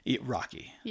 Rocky